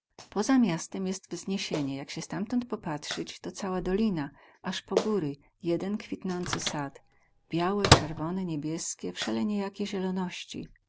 poza miastem jest wzniesienie jak sie stamtąd popatrzyć to cała dolina az po góry jeden kwitnący sad białe cyrwone niebieskie wseleniejakie zieloności